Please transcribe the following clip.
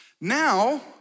Now